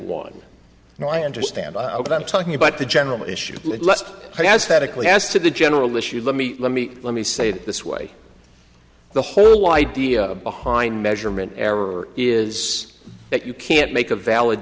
one and i understand what i'm talking about the general issue has had a clue as to the general issue let me let me let me say it this way the whole idea behind measurement error is that you can't make a valid